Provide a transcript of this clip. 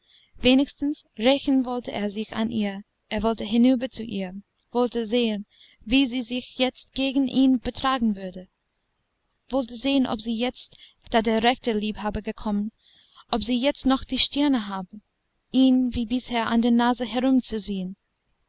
wenigstens rächen wollte er sich an ihr er wollte hinüber zu ihr wollte sehen wie sie sich jetzt gegen ihn betragen würde wollte sehen ob sie jetzt da der rechte liebhaber gekommen ob sie jetzt noch die stirne habe ihn wie bisher an der nase herumzuziehen